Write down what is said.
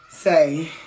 Say